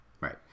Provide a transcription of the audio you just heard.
Right